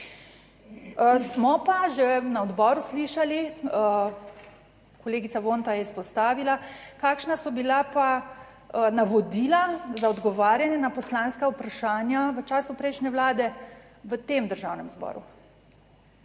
Smo pa že na odboru slišali, kolegica Vonta je izpostavila, kakšna so bila pa navodila za odgovarjanje na poslanska vprašanja v času prejšnje vlade v tem Državnem zboru.